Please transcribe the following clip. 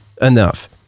enough